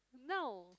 no